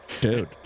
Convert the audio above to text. Dude